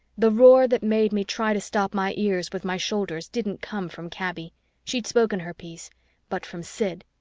the roar that made me try to stop my ears with my shoulders didn't come from kaby she'd spoken her piece but from sid.